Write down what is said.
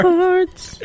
hearts